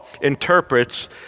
interprets